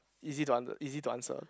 easy to under easy to answer